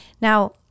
Now